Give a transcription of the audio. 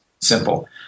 simple